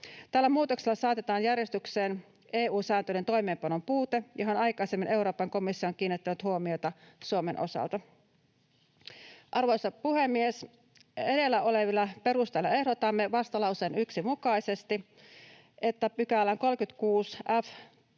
Tällä muutoksella saatetaan järjestykseen EU-säätelyn toimeenpanon puute, johon aikaisemmin Euroopan komissio on kiinnittänyt huomiota Suomen osalta. Arvoisa puhemies! Edellä olevilla perusteilla ehdotamme vastalauseen 1 mukaisesti, että 36